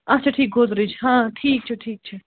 اچھا ٹھیٖک گودریج ہاں ٹھیٖک چھُ ٹھیٖک چھُ